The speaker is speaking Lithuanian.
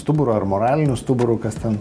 stuburu ar moraliniu stuburu kas ten